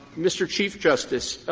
mr. chief justice,